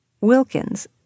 Wilkins